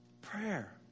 prayer